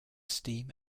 steam